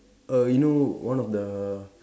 err you know one of the